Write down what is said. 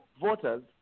voters